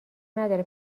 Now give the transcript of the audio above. نداره